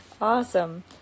Awesome